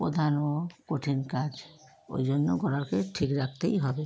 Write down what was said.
প্রধান ও কঠিন কাজ ওই জন্য গলাকে ঠিক রাখতেই হবে